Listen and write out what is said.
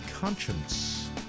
conscience